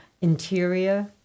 interior